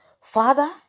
Father